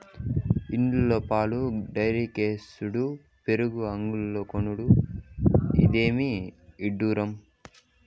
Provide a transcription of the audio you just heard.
ఇండ్ల పాలు డైరీకేసుడు పెరుగు అంగడ్లో కొనుడు, ఇదేమి ఇడ్డూరం